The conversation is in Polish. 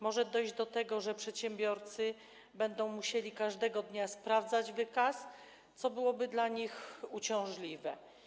Może dojść do tego, że przedsiębiorcy będą musieli każdego dnia sprawdzać wykaz, co byłoby dla nich uciążliwe.